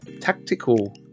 tactical